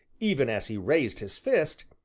even as he raised his fist,